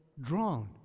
drawn